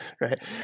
right